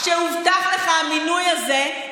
כשהובטח לך המינוי הזה,